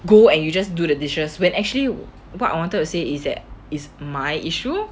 go and you just do the dishes when actually you what I wanted to say is that is my issue